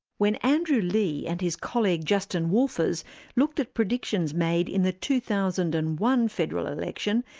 when andrew leigh and his colleague justin wolfers looked at predictions made in the two thousand and one federal election,